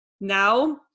now